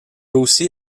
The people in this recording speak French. aussi